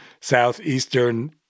Southeastern